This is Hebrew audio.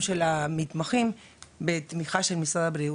של המתמחים בתמיכה של משרד הבריאות.